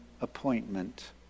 appointment